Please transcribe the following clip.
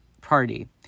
Party